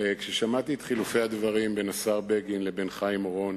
כששמעתי את חילופי הדברים בין השר בגין לבין חיים אורון,